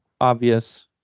obvious